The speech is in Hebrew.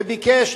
וביקש,